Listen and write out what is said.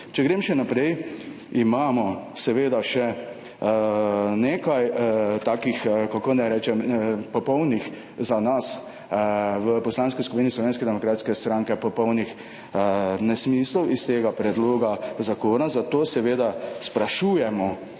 Če grem še naprej, imamo seveda še nekaj takih, kako naj rečem, popolnih za nas v Poslanski skupini Slovenske demokratske stranke popolnih nesmislov iz tega predloga zakona, zato seveda sprašujemo